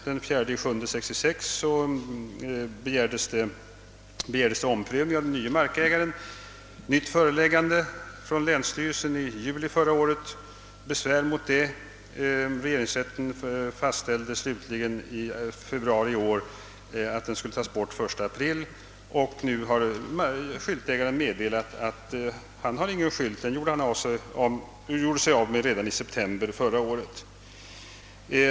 Den 4 juli 1966 begärdes omprövning av den nye markägaren; nytt föreläggande från länsstyrelsen i juli förra året; besvär mot det; regeringsrätten fastställde slutligen i februari i år att skylten skulle tagas bort före den 1 april. Nu har skyltägaren meddelat att han ingen skylt har — den gjorde han sig av med redan i september förra året.